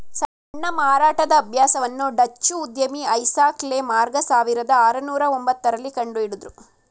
ಸಣ್ಣ ಮಾರಾಟದ ಅಭ್ಯಾಸವನ್ನು ಡಚ್ಚು ಉದ್ಯಮಿ ಐಸಾಕ್ ಲೆ ಮಾರ್ಗ ಸಾವಿರದ ಆರುನೂರು ಒಂಬತ್ತ ರಲ್ಲಿ ಕಂಡುಹಿಡುದ್ರು